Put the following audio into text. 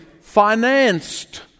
financed